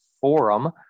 forum